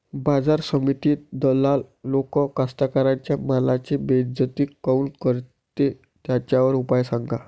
बाजार समितीत दलाल लोक कास्ताकाराच्या मालाची बेइज्जती काऊन करते? त्याच्यावर उपाव सांगा